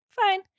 fine